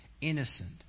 innocent